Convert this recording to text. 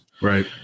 Right